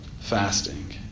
fasting